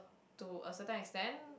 to a certain extend